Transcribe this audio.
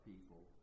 people